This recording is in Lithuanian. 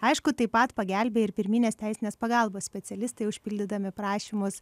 aišku taip pat pagelbėja ir pirminės teisinės pagalbos specialistai užpildydami prašymus